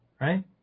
right